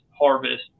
harvest